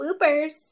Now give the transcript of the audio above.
bloopers